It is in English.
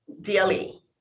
DLE